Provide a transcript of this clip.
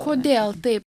kodėl taip